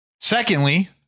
Secondly